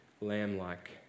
lamb-like